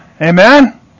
Amen